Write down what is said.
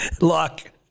Luck